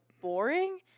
boring